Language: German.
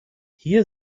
hier